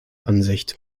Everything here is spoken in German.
ansicht